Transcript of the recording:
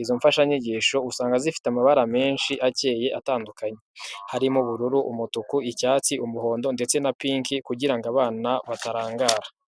Izo mfasha nyigisho usanga zifite amabara menshi akeye atandukanye, harimo ubururu, umutuku, icyatsi, umuhondo, ndetse na pinki, kugira ngo abana batarangara.